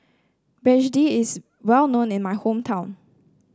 begedil is well known in my hometown